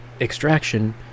Extraction